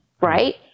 right